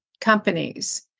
companies